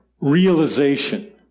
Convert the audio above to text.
realization